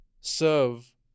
serve